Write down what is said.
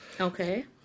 Okay